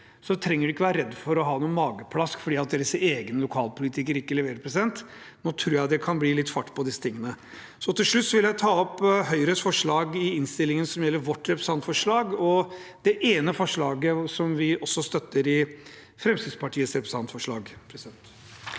trenger de ikke være redde for noe mageplask fordi deres egne lokalpolitikere ikke leverer. Nå tror jeg det kan bli litt fart på disse tingene. Til slutt vil jeg ta opp Høyres forslag i innstillingen, som gjelder vårt representantforslag, og det ene forslaget som vi også støtter i Fremskrittspartiets representantforslag.